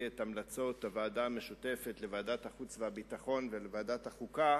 את המלצות הוועדה המשותפת לוועדת החוץ והביטחון ולוועדת החוקה,